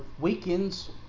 weekends